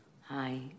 hi